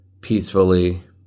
peacefully